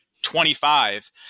25